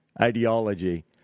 ideology